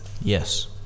yes